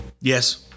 Yes